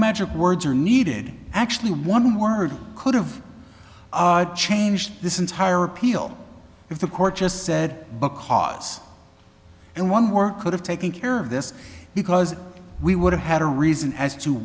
magic words are needed actually one word could have changed this entire appeal if the court just said because and one more could have taken care of this because we would have had a reason as to